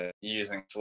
using